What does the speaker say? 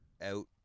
out